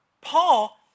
Paul